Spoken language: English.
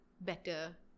better